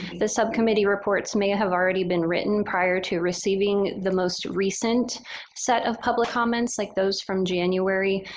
the subcommittee reports may have already been written prior to receiving the most recent set of public comments like those from january.